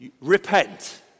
repent